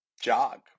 jog